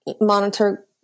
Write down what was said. monitor